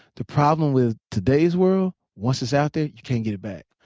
the problem with today's world, once it's out there, you can't get it back.